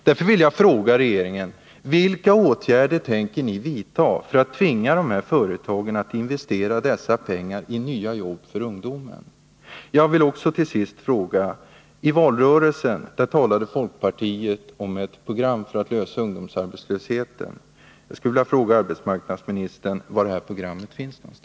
Därför vill jag fråga: Vilka åtgärder tänker regeringen vidta för att tvinga företagen att investera dessa pengar i nya jobb för ungdomen? Till sist: I valrörelsen talade folkpartiet om ett program för att klara ungdomsarbetslösheten. Jag skulle vilja fråga arbetsmarknadsministern: Var finns det här programmet?